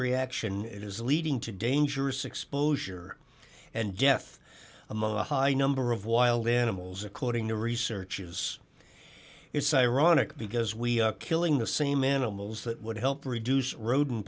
reaction it is leading to dangerous exposure and death among a high number of wild animals according to researches it's ironic because we are killing the same animals that would help reduce rodent